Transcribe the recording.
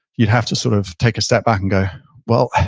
you'd have to sort of take a step back and go well,